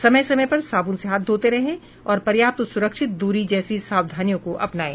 समय समय पर साबुन से हाथ धोते रहें और पर्याप्त सुरक्षित द्री जैसी सावधानियों को अपनायें